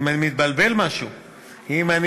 אם אני